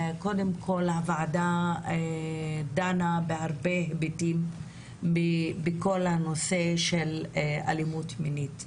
הוועדה דנה בהרבה היבטים בכל נושא אלימות מינית,